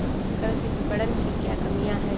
कृषि विपणन की क्या कमियाँ हैं?